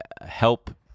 help